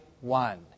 one